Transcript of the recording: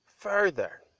further